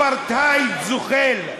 אפרטהייד זוחל.